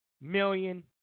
million